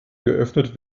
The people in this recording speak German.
geöffnet